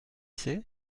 c’est